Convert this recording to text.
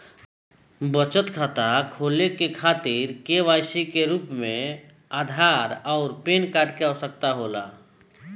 बचत खाता खोले के खातिर केवाइसी के प्रमाण के रूप में आधार आउर पैन कार्ड के आवश्यकता होला